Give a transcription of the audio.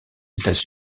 états